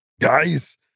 Guys